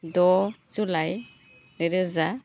द' जुलाइ नैरोजा